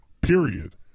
period